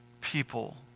people